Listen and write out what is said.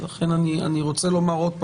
אני רוצה לומר עוד פעם,